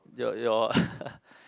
your your